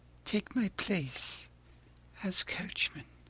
take my place as coachman.